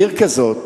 עיר כזאת,